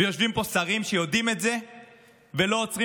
ויושבים פה שרים שיודעים את זה ולא עוצרים